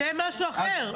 זה משהו אחר.